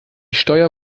steuer